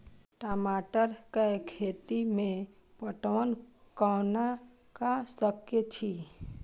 टमाटर कै खैती में पटवन कैना क सके छी?